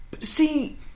See